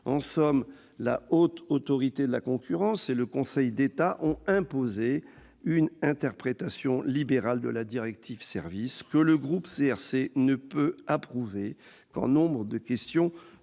En somme, le Conseil de la concurrence et le Conseil d'État ont imposé une interprétation libérale de la directive Services que le groupe CRC ne peut approuver, quand nombre de questions